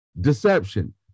deception